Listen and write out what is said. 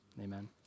Amen